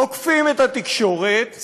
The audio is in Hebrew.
תוקפים את התקשורת,